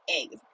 eggs